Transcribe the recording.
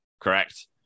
Correct